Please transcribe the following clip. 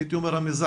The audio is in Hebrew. הייתי אומר המזעזעת